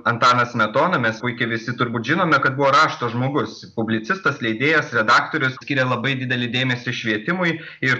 antanas smetona mes puikiai visi turbūt žinome kad buvo rašto žmogus publicistas leidėjas redaktorius skyrė labai didelį dėmesį švietimui ir